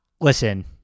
listen